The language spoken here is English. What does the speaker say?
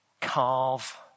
carve